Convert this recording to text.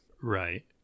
Right